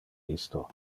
isto